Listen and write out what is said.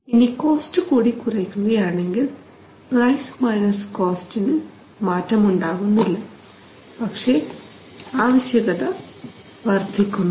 ഇനി കോസ്റ്റ് കൂടി കുറയ്ക്കുകയാണെങ്കിൽ പ്രൈസ് മൈനസ് കോസ്റ്റിന് മാറ്റമുണ്ടാകുന്നില്ല പക്ഷേ ആവശ്യകത വർദ്ധിക്കുന്നു